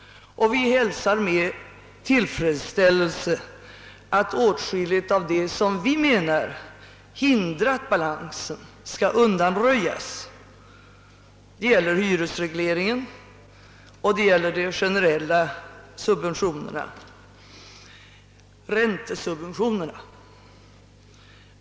Vi hälsar därför med tillfredsställelse att åtskilligt av det som vi anser hindrat balansen skall undanröjas; det gäller hyresregleringen och det gäller de generella räntesubventionerna.